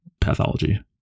pathology